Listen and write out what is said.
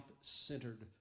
centered